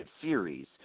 series